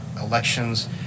elections